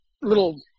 little